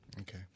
Okay